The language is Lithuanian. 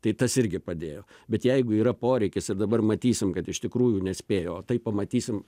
tai tas irgi padėjo bet jeigu yra poreikis ir dabar matysim kad iš tikrųjų nespėjo o tai pamatysim